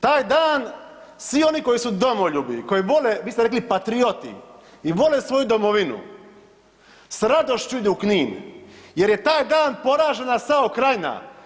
Taj dan svi oni koji su domoljubi, koji vole, vi ste rekli patrioti i vole svoju domovinu s radošću idu u Knin jer je taj dan poražena SAO Krajina.